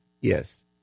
Yes